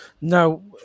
No